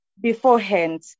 beforehand